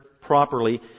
properly